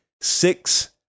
six